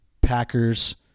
Packers